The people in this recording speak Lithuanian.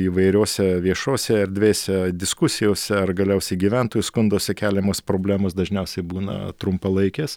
įvairiose viešose erdvėse diskusijose ar galiausiai gyventojų skunduose keliamos problemos dažniausiai būna trumpalaikės